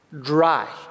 dry